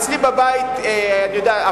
אצלי בבית הפורנוגרפיה,